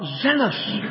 zealous